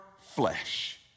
flesh